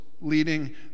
leading